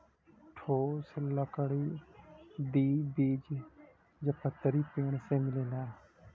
ठोस लकड़ी द्विबीजपत्री पेड़ से मिलेला